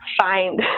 find